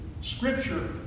scripture